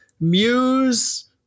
Muse